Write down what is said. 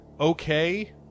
okay